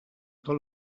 tot